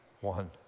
one